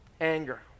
anger